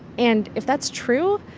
and if that's true,